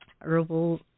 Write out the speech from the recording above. herbal